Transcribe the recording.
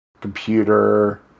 computer